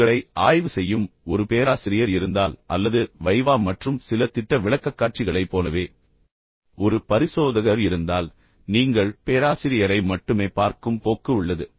உங்களை ஆய்வு செய்யும் ஒரு பேராசிரியர் இருந்தால் அல்லது வைவா மற்றும் சில திட்ட விளக்கக்காட்சிகளைப் போலவே ஒரு பரிசோதகர் இருந்தால் எனவே நீங்கள் பேராசிரியரை மட்டுமே பார்க்கும் போக்கு உள்ளது